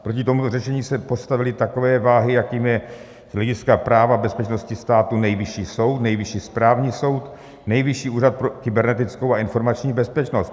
Proti tomuto řešení se postavily takové váhy, jakými je z hlediska práva a bezpečnosti státu Nejvyšší soud, Nejvyšší správní soud, Nejvyšší úřad pro kybernetickou a informační bezpečnost.